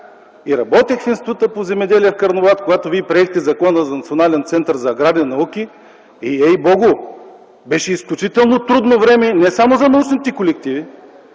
и работех в Института по земеделие в Карнобат, когато вие приехте Закона за Национален център за аграрни науки. Ей Богу, беше изключително трудно време не само за научните колективи,